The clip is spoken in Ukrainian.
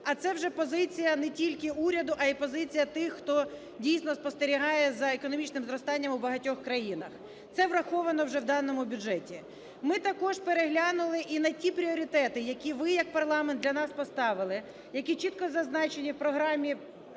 а це вже позиція не тільки уряду, а й позиція тих, хто, дійсно, спостерігає за економічним зростанням у багатьох країнах. Це враховано вже в даному бюджеті. Ми також переглянули і на ті пріоритети, які ви як парламент для нас поставили, які чітко зазначені в програмі